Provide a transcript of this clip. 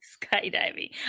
skydiving